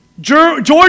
George